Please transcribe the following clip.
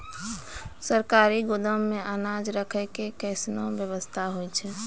सरकारी गोदाम मे अनाज राखै के कैसनौ वयवस्था होय छै?